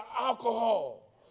alcohol